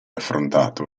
affrontato